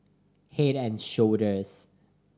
Head and Shoulders